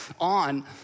on